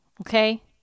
okay